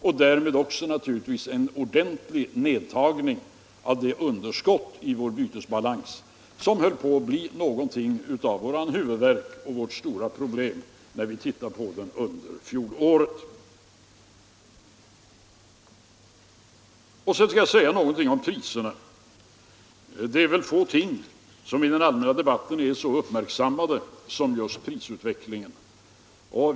Och därmed skulle också följa en ordentlig nedtagning av det underskott i vår bytesbalans som höll på att bli något av en huvudvärk och vårt stora problem när vi tittade på bytesbalansens utveckling under fjolåret. Sedan skall jag säga någonting om priserna. Det är få ting som i den allmänna debatten är så uppmärksammade som just prisutvecklingen.